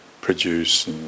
produce